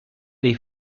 dei